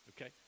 okay